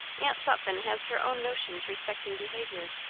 aunt sutphen has her own notions respecting behaviour.